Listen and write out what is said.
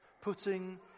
putting